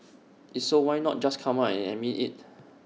is so why not just come out and admit IT